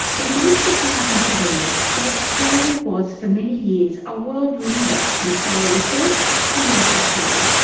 it might surprise you to learn that australia was for many years a world leader in solar research and manufacturing.